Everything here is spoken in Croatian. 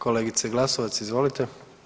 Kolegice Glasovac, izvolite.